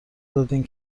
دادین